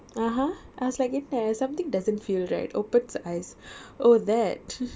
uh !huh! I was like என்ன:enna something doesn't feel right opens eyes oh that